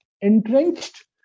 entrenched